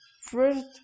first